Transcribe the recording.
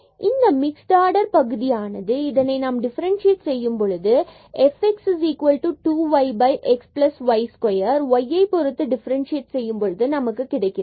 மற்றும் இந்த mixed order பகுதியானது இதனை நாம் டிஃபரண்ட்சியேட் செய்யும் பொழுது fx 2 y x y square y ஐ பொருத்து டிஃபரன்சியேட் செய்யும் பொழுது நமக்கு கிடைக்கிறது